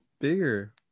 bigger